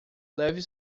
leve